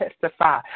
testify